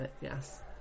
yes